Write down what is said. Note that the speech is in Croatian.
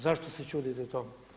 Zašto se čudite tome?